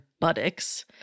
buttocks